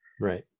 Right